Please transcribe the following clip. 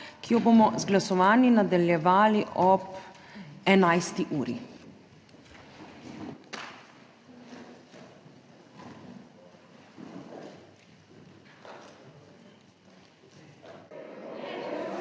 ki jo bomo z glasovanjem nadaljevali ob 11. uri.